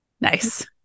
Nice